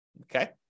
Okay